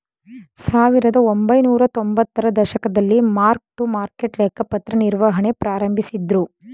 ಸಾವಿರದಒಂಬೈನೂರ ತೊಂಬತ್ತರ ದಶಕದಲ್ಲಿ ಮಾರ್ಕ್ ಟು ಮಾರ್ಕೆಟ್ ಲೆಕ್ಕಪತ್ರ ನಿರ್ವಹಣೆ ಪ್ರಾರಂಭಿಸಿದ್ದ್ರು